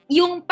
yung